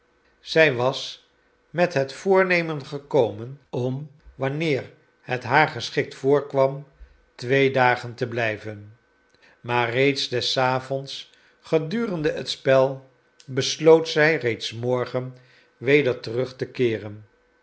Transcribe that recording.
zij was met het voornemen gekomen om wanneer het haar geschikt voorkwam twee dagen te blijven maar reeds des avonds gedurende het spel besloot zij reeds morgen weder terug te keeren